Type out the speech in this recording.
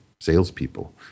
salespeople